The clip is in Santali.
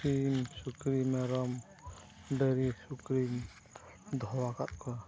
ᱥᱤᱢ ᱥᱩᱠᱨᱤ ᱢᱮᱨᱚᱢ ᱰᱟᱝᱨᱤ ᱥᱩᱠᱨᱤᱧ ᱫᱚᱦᱚ ᱟᱠᱟᱫ ᱠᱚᱣᱟ